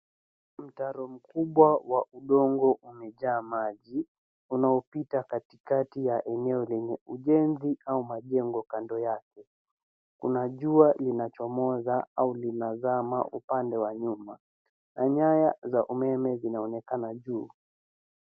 Mtaro mkubwa wa udongo umejaa maji unaopita katikati la eneo lenye ujenzi au majengo kando yake, kuna jua linachomoza au linazama upande wa nyuma na nyaya za umeme zinaonekana juu.